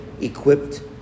equipped